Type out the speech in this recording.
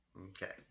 Okay